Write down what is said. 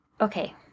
Okay